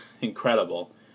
incredible